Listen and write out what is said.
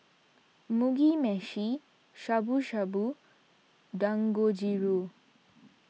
Mugi Meshi Shabu Shabu and Dangojiru